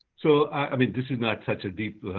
so i mean this is not such a deep